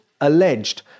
alleged